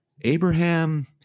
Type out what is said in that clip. Abraham